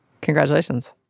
Congratulations